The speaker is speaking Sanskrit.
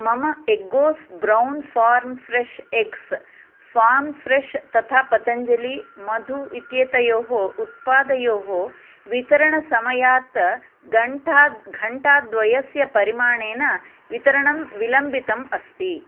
मम Eggoz brown farm fresh eggs तथा पतञ्जली मधु इत्येतयोः उत्पादयोः वितरणसमयात् घण्टाद्वयस्य परिमाणेन वितरणं विलम्बितम् अस्ति